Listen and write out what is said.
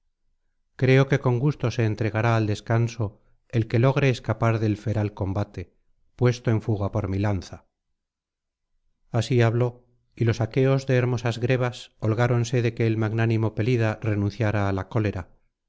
creo que con gusto se entregará al descanso el que logre escapar del feral combate puesto en fuga por mi lanza así habló y los aqueos de hermosas grebas holgáronse de que el magnánimo pelida renunciara á la cólera